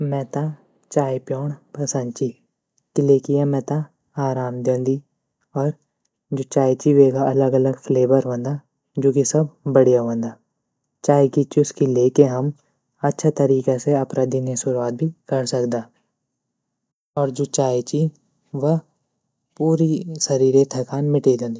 मेता चाय। प्यौण पसंद ची क़िले की य मेता आराम दयोन्दी और जू चाय ची वेगा अलग अलग फ्लेवर वंदा जू की सब बढ़िया वंदा चाय की चुस्की लेके हम अच्छा तरीक़ा से अपरा दिने सुरुवात भी कर सकदा और जू चाय ची व पूरा शरीरे थकान मिटे दयोन्दी।